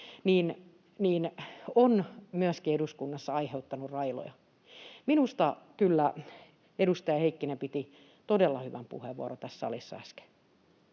on myöskin eduskunnassa aiheuttanut raivoa. Minusta kyllä edustaja Heikkinen piti todella hyvän puheenvuoron tässä salissa äsken.